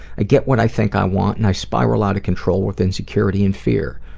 i get what i think i want and i spiral out of control with insecurity and fear.